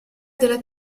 della